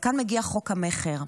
וכאן מגיע חוק המכר,